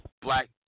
black